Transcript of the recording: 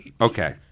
Okay